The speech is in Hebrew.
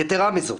יתירה מזאת,